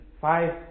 five